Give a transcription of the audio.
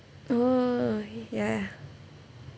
oh ya